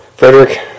Frederick